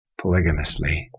polygamously